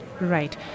Right